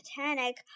Titanic